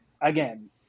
Again